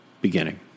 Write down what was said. beginning